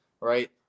right